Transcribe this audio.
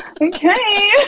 okay